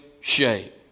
shape